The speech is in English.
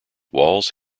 walls